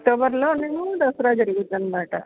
October లోనేమో దసరా జరుగుతుంది అన్నమాట